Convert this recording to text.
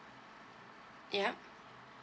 yup